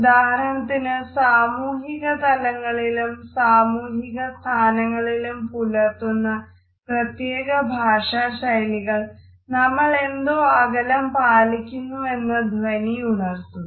ഉദാഹരണത്തിന് സാമൂഹിക തലങ്ങളിലും സാമൂഹിക സ്ഥാനങ്ങളിലും പുലർത്തുന്ന പ്രത്യക ഭാഷാ ശൈലികൾ നമ്മൾ എന്തോ അകലംപാലിക്കുന്നുവെന്ന ധ്വനിയുണർത്തുന്നു